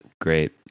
Great